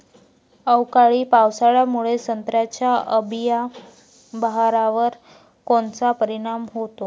अवकाळी पावसामुळे संत्र्याच्या अंबीया बहारावर कोनचा परिणाम होतो?